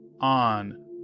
on